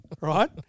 right